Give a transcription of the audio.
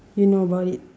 you know about it